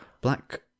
Black